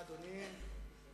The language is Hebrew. אדוני, תודה.